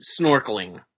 snorkeling